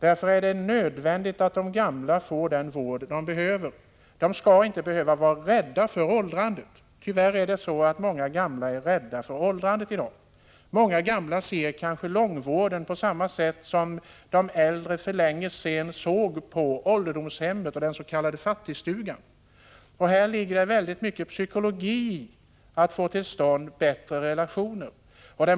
Därför är det nödvändigt att de gamla får den vård de har behov av. De skall inte behöva vara rädda för åldrandet. Tyvärr hyser många gamla i dag en sådan rädsla. Många gamla betraktar kanske långvården på samma sätt som de äldre för länge sedan betraktade ålderdomshemmet och den s.k. fattigstugan. Det behövs mycket av psykologi för att få till stånd bättre relationer.